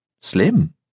slim